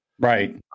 right